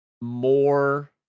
more